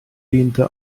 diente